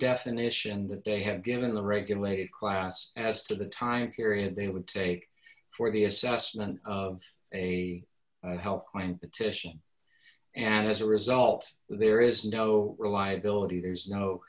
definition that they have given the regulated class as to the time period it would take for the assessment of a health plan petition and as a result there is no reliability there's no